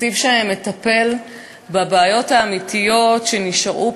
תקציב שמטפל בבעיות האמיתיות שנשארו פה,